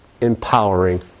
empowering